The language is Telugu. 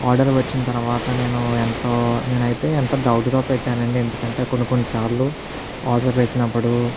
ఆర్డర్ వచ్చిన తర్వాత నేను ఎంతో నేనైతే ఎంతో డౌట్ గా పెట్టానండి ఎందుకంటే కొన్ని కొన్ని సార్లు ఆర్డర్ పెట్టినప్పుడు